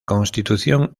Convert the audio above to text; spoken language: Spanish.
constitución